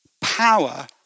Power